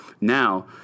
now